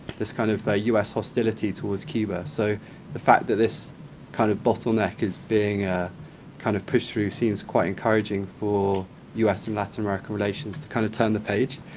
this kind of us hostility towards cuba. so the fact that this kind of bottleneck is being ah kind of pushed through seems quite encouraging for us and latin american relations to kind of turn the page.